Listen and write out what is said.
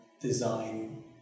design